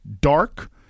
dark